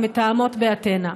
המתאמות באתנה.